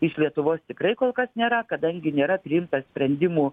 iš lietuvos tikrai kol kas nėra kadangi nėra priimta sprendimų